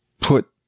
Put